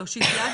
להושיט יד.